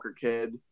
kid